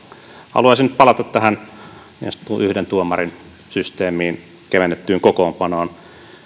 haluaisin palata tähän niin sanottuun yhden tuomarin systeemiin kevennettyyn kokoonpanoon